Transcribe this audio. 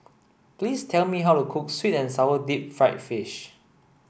please tell me how to cook sweet and sour deep fried fish